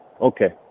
Okay